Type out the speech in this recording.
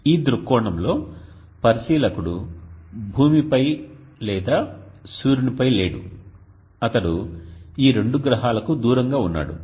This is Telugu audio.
ఈ దృక్కోణంలో పరిశీలకుడు భూమిపై లేదా సూర్యునిపై లేడు అతను ఈ రెండు గ్రహాలకు దూరంగా ఉన్నాడు